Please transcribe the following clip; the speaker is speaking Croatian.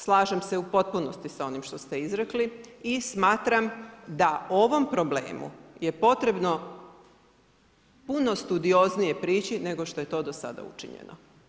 Slažem se u potpunosti sa ovim što ste izrekli i smatram da ovom problemu je potrebno puno studioznije prići nego što je to do sada učinjeno.